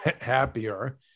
happier